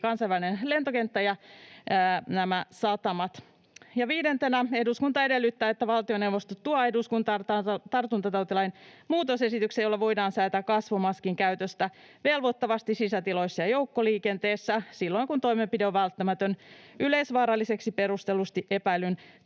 kansainvälinen lentokenttä ja satamat. Viidentenä: ”Eduskunta edellyttää, että valtioneuvosto tuo eduskuntaan tartuntatautilain muutosesityksen, jolla voidaan säätää kasvomaskien käytöstä velvoittavasti sisätiloissa ja joukkoliikenteessä silloin, kun toimenpide on välttämätön yleisvaaralliseksi perustellusti epäillyn